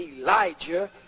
Elijah